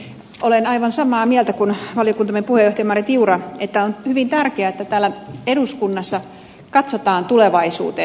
olen aivan samaa mieltä kuin valiokuntamme puheenjohtaja marja tiura että on hyvin tärkeää että täällä eduskunnassa katsotaan tulevaisuuteen